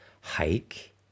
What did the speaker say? Hike